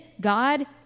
God